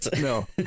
No